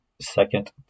second